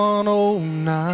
109